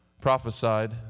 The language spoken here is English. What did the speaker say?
prophesied